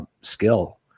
skill